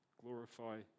Glorify